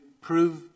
prove